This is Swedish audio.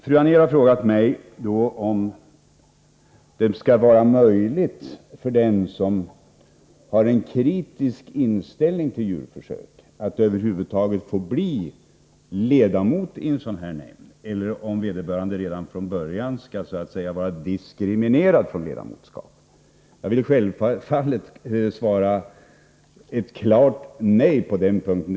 Fru Anér har nu frågat mig om det över huvud taget skall vara möjligt för den som har en kritisk inställning till djurförsök att bli ledamot av en etisk nämnd eller om vederbörande redan från början skall vara ”diskriminerad” när det gäller ledamotskap. Jag vill självfallet svara ett klart nej på den frågan.